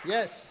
Yes